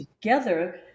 together